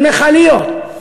של מכליות,